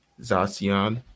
Zacian